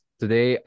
today